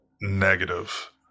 negative